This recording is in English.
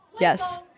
Yes